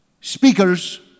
speakers